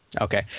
Okay